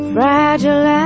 Fragile